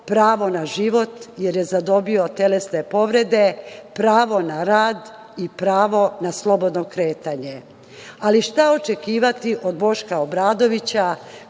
pravo na život, jer je zadobio telesne povrede, pravo na rad i pravo na slobodno kretanje. Ali, šta očekivati od Boška Obradovića,